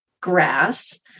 grass